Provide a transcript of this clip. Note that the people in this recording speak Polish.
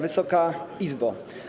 Wysoka Izbo!